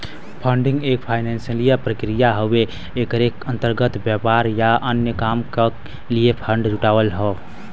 funding एक financial प्रक्रिया हउवे एकरे अंतर्गत व्यापार या अन्य काम क लिए फण्ड जुटाना हौ